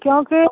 क्योंकि